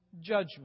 judgment